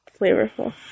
flavorful